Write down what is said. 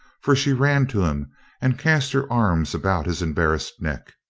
for she ran to him and cast her arms about his embarrassed neck.